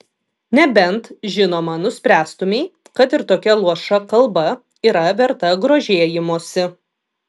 nebent žinoma nuspręstumei kad ir tokia luoša kalba yra verta grožėjimosi